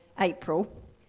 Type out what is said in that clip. April